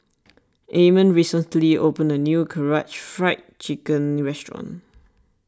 Amon recently opened a new Karaage Fried Chicken restaurant